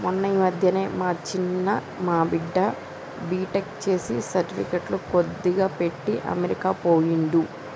మొన్న ఈ మధ్యనే మా చిన్న మా బిడ్డ బీటెక్ చేసి సర్టిఫికెట్లు కొద్దిగా పెట్టి అమెరికా పోయిండు